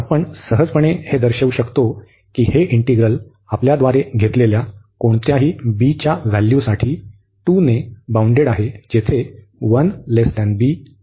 तर आपण सहजपणे हे दर्शवू शकतो की हे इंटिग्रल आपल्याद्वारे घेतलेल्या कोणत्याही b च्या व्हॅल्यूसाठी 2 ने बाउंडेड आहे जेथे 1b आहे